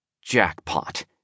jackpot